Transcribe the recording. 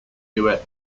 duets